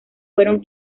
fueron